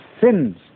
sins